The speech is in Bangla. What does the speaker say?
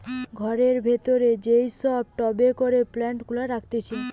ঘরের ভিতরে যেই সব টবে করে প্লান্ট গুলা রাখতিছে